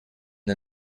der